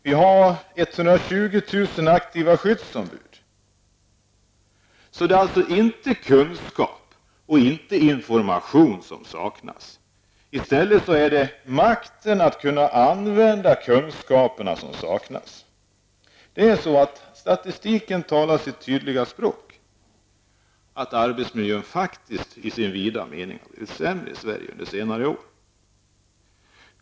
Vi har 120 000 aktiva skyddsombud. Det är alltså inte kunskap och inte information som saknas. I stället är det makten att kunna använda kunskapen som saknas. Statistiken talar sitt tydliga språk. Arbetsmiljön i Sverige har i sin vida mening faktiskt blivit sämre under senare år.